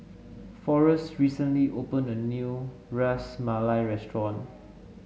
Forrest recently opened a new Ras Malai Restaurant